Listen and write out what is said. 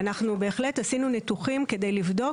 ואנחנו בהחלט עשינו ניתוחים כדי לבדוק